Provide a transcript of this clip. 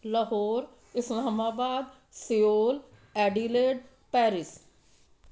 Lahore Islamabad Seoul Adelaide Paris